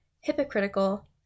hypocritical